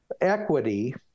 equity